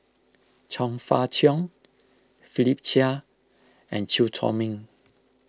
Chong Fah Cheong Philip Chia and Chew Chor Meng